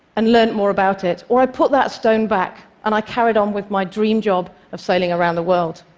and learn more about it, or i put that stone back and i carry on um with my dream job of sailing around the world.